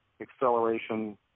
acceleration